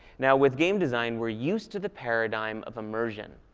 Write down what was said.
now, with game design, we're used to the paradigm of immersion.